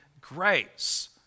grace